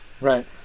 right